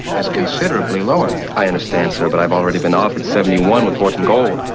is considerably lower. i understand, sir, but i've already been offered seventy one with hort and gold.